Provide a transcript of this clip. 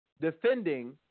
defending